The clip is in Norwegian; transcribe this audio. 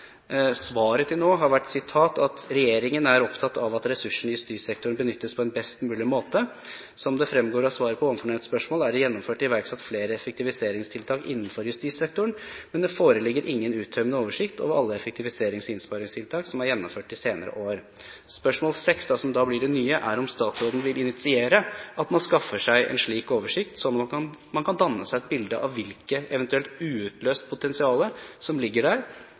Svaret til nå har vært: «Regjeringen er opptatt av at ressursene i justissektoren benyttes på en best mulig måte. Som det fremgår av svaret på ovennevnte spørsmål er det gjennomført/iverksatt flere effektiviseringstiltak innenfor justissektoren, men det foreligger ingen uttømmende oversikt over alle effektiviserings- og innsparingstiltak som er gjennomført de senere år» Spørsmål nr. seks, som da blir det nye, er: Vil statsråden initiere at man skaffer seg en slik oversikt, slik at man kan danne seg et bilde av hvilket eventuelt uutløst potensial som ligger der,